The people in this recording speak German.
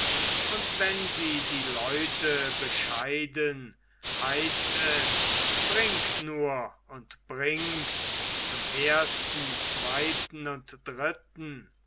und wenn sie die leute bescheiden heißt es bringt nur und bringt zum ersten zweiten und dritten